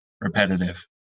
repetitive